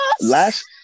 Last